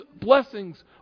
blessings